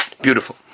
beautiful